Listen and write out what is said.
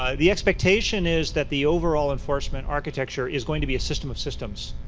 ah the expectation is that the overall enforcement architecture is going to be a system of systems.